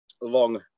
long